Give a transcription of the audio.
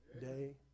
day